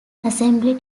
assembly